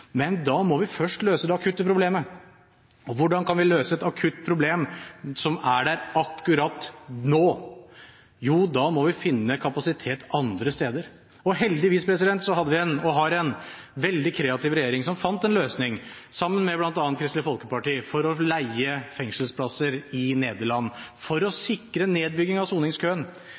Men da må vi først løse det akutte problemet, og hvordan kan vi løse et akutt problem som er der akkurat nå? Jo, da må vi finne kapasitet andre steder, og heldigvis har vi en veldig kreativ regjering som fant en løsning, sammen med bl.a. Kristelig Folkeparti, ved å leie fengselsplasser i Nederland for å sikre nedbygging av soningskøen.